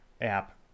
app